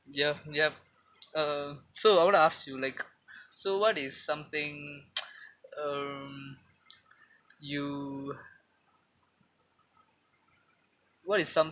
yup yup uh so I want to ask you like so what is something um you what is some~